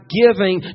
giving